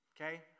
okay